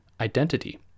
identity